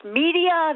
media